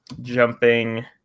Jumping